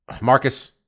Marcus